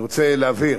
אני רוצה להבהיר: